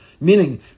Meaning